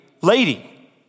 lady